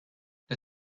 the